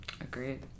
agreed